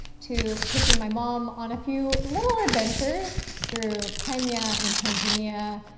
to taking my mom on a few little adventures, through kenya, and tanzania,